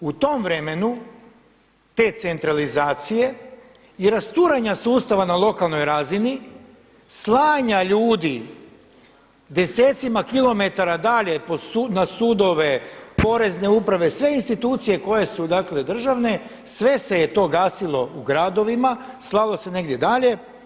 U tom vremenu te centralizacije i rasturanja sustava na lokalnoj razini, slanja ljudi, desecima km dalje na sudove, porezne uprave, sve institucije koje su dakle državne, sve se je to gasilo u gradovima, slalo se negdje dalje.